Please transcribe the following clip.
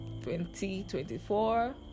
2024